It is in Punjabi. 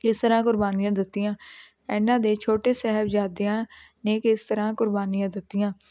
ਕਿਸ ਤਰ੍ਹਾਂ ਕੁਰਬਾਨੀਆਂ ਦਿੱਤੀਆਂ ਇਹਨਾਂ ਦੇ ਛੋਟੇ ਸਾਹਿਬਜ਼ਾਦਿਆਂ ਨੇ ਕਿਸ ਤਰ੍ਹਾਂ ਕੁਰਬਾਨੀਆਂ ਦਿੱਤੀਆਂ